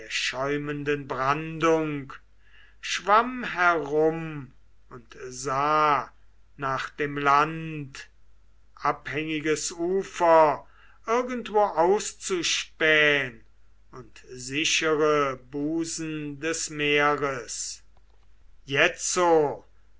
schäumenden brandung schwamm herum und sah nach dem land abhängiges ufer irgendwo auszuspähn und sichere busen des meeres jetzo